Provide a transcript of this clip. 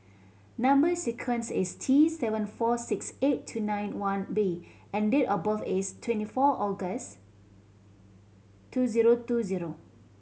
number sequence is T seven four six eight two nine one B and date of birth is twenty four August two zero two zero